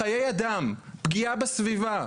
חיי אדם, פגיעה בסביבה.